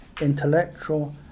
intellectual